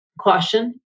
caution